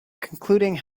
concluding